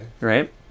Right